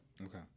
Okay